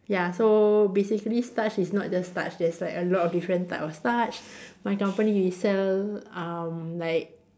ya so basically starch is not just starch there's like a lot of different type of starch my company we sell um like